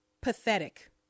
pathetic